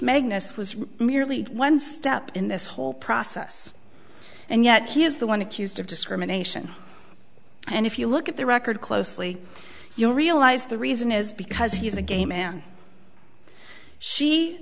magnus was merely one step in this whole process and yet he is the one accused of discrimination and if you look at the record closely you realize the reason is because he's a gay man she